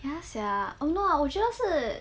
ya sia oh no 我觉得是